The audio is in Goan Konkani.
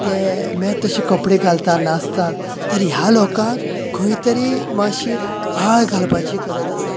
मेळत तशे कपडे घालतात नाचतात तर ह्या लोकांक खंय तरी मातशी आळ घालपाची गरज आसा